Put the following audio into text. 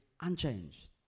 unchanged